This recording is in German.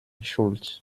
schuld